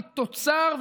היא תוצר,